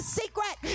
secret